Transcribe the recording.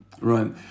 Right